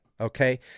okay